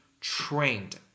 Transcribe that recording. trained